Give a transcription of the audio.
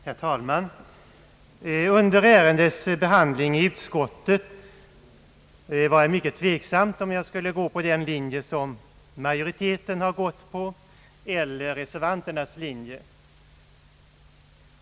Herr talman! Under ärendets behandling i utskottet var jag mycket tveksam om jag skulle gå på majoritetens eller reservanternas linje.